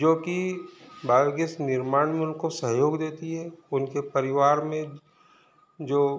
जोकि बायोगैस निर्माण में उनको सहयोग देती है उनके परिवार में जो